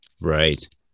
right